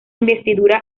investidura